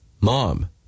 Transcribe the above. Mom